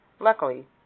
Luckily